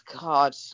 God